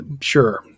sure